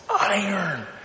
iron